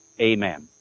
Amen